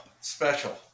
special